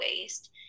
waste